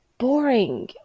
Boring